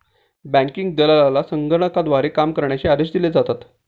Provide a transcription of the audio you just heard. banking दलालाला संगणकाद्वारे काम करण्याचे आदेश दिले जातात